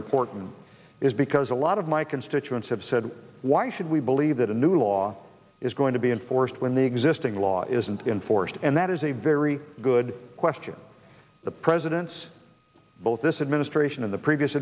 important is because a lot of my constituents have said why should we believe that a new law is going to be enforced when the existing law isn't enforced and that is a very good question the president's both this administration and the previous